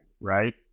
right